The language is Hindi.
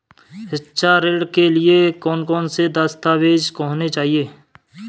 शिक्षा ऋण के लिए कौन कौन से दस्तावेज होने चाहिए?